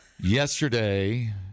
Yesterday